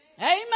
Amen